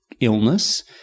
Illness